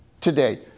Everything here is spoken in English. today